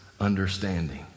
understanding